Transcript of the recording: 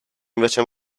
invece